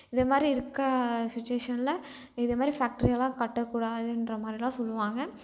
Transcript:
இதே மாதிரி இருக்கற சுச்சிவேஷனில் இதே மாதிரி ஃபேக்ட்ரி எல்லாம் கட்ட கூடாதுன்ற மாதிரிலாம் சொல்லுவாங்க